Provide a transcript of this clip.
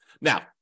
Now